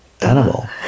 animal